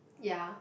ya